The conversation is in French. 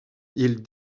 ils